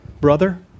brother